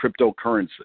cryptocurrency